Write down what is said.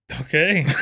Okay